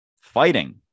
fighting